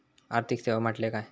आर्थिक सेवा म्हटल्या काय?